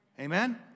Amen